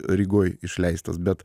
rygoj išleistos bet